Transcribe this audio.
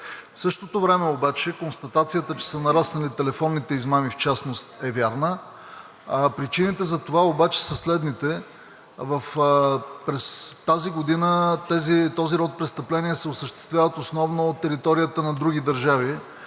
В същото време обаче констатацията, че са нараснали телефонните измами в частност, е вярна. Причините за това обаче са следните. През тази година този род престъпления се осъществяват основно от територията на други държави,